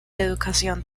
educación